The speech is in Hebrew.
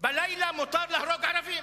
בלילה מותר להרוג ערבים.